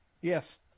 Yes